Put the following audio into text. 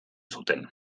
zuten